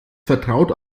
vertraut